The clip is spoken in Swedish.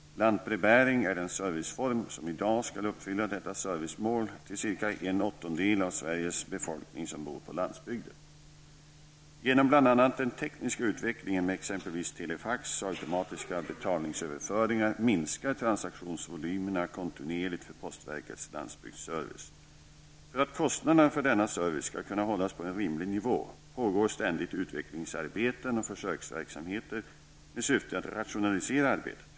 Lantbrevbäring är den serviceform som i dag skall uppfylla detta servicemål till cirka en åttondel av Genom bl.a. den tekniska utvecklingen med exempelvis telefax och automatiska betalningsöverföringar, minskar transaktionsvolymerna kontinuerligt för postverkets landsbygdsservice. För att kostnaderna för denna service skall kunna hållas på en rimlig nivå, pågår ständigt utvecklingsarbeten och försöksverksamheter i syfte att rationalisera arbetet.